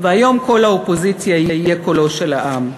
והיום קול האופוזיציה יהיה קולו של העם.